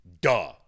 Duh